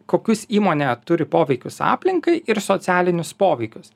kokius įmonė turi poveikius aplinkai ir socialinius poveikius